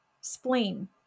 spleen